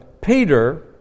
Peter